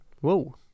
Whoa